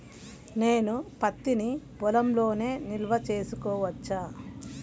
నేను పత్తి నీ పొలంలోనే నిల్వ చేసుకోవచ్చా?